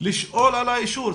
ולשאול על האישור.